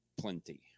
plenty